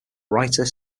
writer